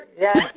Yes